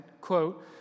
quote